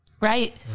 right